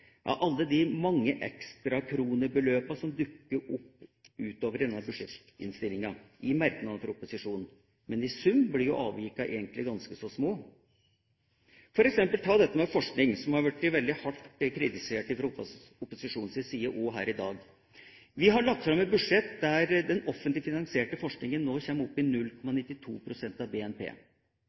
opposisjonen, men i sum blir avvikene egentlig ganske så små. Ta f.eks. forskning, som også her i dag har blitt hardt kritisert fra opposisjonens side. Vi har lagt fram et budsjett der den offentlig finansierte forskninga kommer opp i 0,92 pst. av BNP.